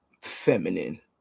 feminine